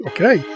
Okay